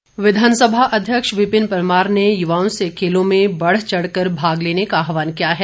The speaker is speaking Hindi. परमार विधानसभा अध्यक्ष विपिन परमार ने युवाओं से खेलों में बढ़ चढ़कर भाग लेने का आहवान किया है